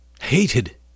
hated